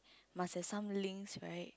must have some links right